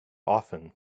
often